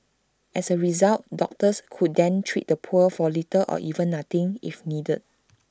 as A result doctors could then treat the poor for little or even nothing if needed